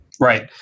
Right